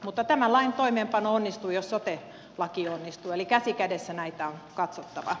mutta tämän lain toimeenpano onnistuu jos sote laki onnistuu eli käsi kädessä näitä on katsottava